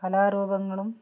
കലാരൂപങ്ങളും